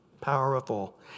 powerful